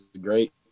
great